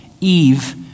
Eve